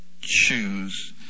choose